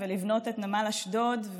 ולבנות את נמל אשדוד,